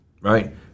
right